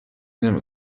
نمی